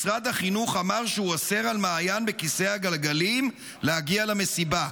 משרד החינוך אמר שהוא אוסר על מעיין בכיסא הגלגלים להגיע למסיבה.